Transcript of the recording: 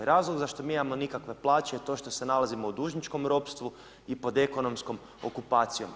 Razlog zašto mi imamo nikakve plaće je to što se nalazimo u dužničkom ropstvu i pod ekonomskom okupacijom.